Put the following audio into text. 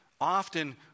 Often